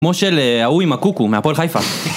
כמו של ההוא עם הקוקו מהפועל חיפה